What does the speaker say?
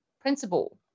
principal